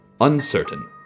Uncertain